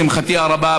לשמחתי הרבה,